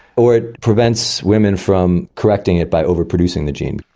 or it prevents women from correcting it by overproducing the gene.